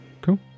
Cool